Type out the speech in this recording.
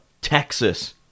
Texas